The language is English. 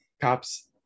Cops